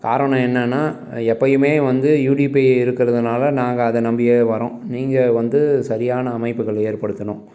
காரணம் என்னென்னா எப்பையுமே வந்து யூடிபிஐ இருக்கிறதுனால நாங்கள் அதை நம்பியே வரோம் நீங்கள் வந்து சரியான அமைப்புகளை ஏற்படுத்தணும்